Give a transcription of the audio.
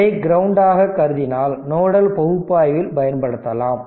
இதை கிரவுண்ட் ஆக கருதினால் நோடல் பகுப்பாய்வில் பயன்படுத்தலாம்